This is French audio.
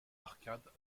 arcades